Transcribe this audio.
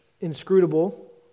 inscrutable